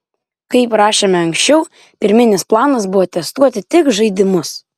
kaip rašėme anksčiau pirminis planas buvo testuoti tik žaidimus